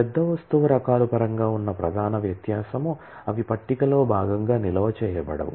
పెద్ద వస్తువు రకాలు పరంగా ఉన్న ప్రధాన వ్యత్యాసం అవి టేబుల్ లో భాగంగా నిల్వ చేయబడవు